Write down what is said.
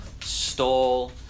stole